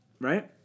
right